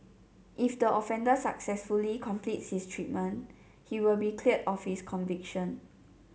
if the offender successfully completes his treatment he will be cleared of his conviction